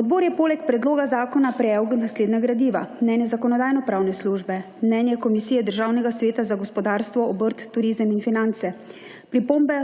Odbor je poleg Predloga zakona prejel naslednja gradiva: mnenje Zakonodajno-pravne službe, mnenje Komisije Državnega sveta za gospodarstvo, obrt, turizem in finance, pripombe